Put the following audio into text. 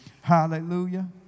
Hallelujah